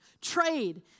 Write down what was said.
Trade